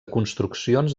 construccions